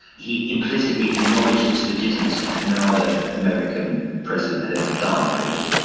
he implicitly acknowledged its legitimacy that no other american president had ever done, really.